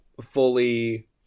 fully